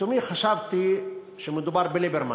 ולתומי חשבתי שמדובר בליברמן,